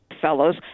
fellows